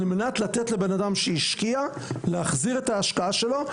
על מנת לתת לבן אדם שהשקיע להחזיר את ההשקעה שלו.